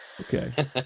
Okay